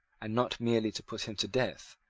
and not merely to put him to death,